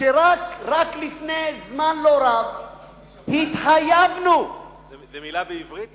כשרק לפני זמן לא רב התחייבנו, זו מלה בעברית?